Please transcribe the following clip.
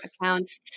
accounts